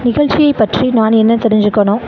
நிகழ்ச்சியை பற்றி நான் என்ன தெரிஞ்சுக்கணும்